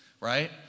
Right